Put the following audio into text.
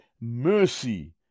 mercy